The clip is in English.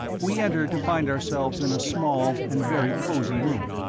we entered to find ourselves in a small and very cosy room.